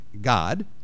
God